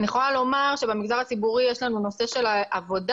אני יכולה לומר שבמגזר הציבורי יש לנו נושא של עבודה,